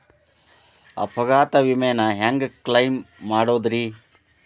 ಅಪಘಾತ ವಿಮೆನ ಹ್ಯಾಂಗ್ ಕ್ಲೈಂ ಮಾಡೋದ್ರಿ?